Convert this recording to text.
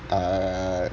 uh